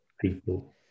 people